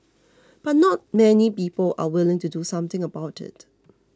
but not many people are willing to do something about it